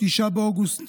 9 באוגוסט,